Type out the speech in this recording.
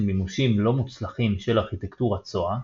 מימושים לא מוצלחים של ארכיטקטורת SOA,